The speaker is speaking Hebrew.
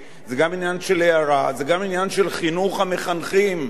זה גם עניין של חינוך המחנכים במדינת ישראל,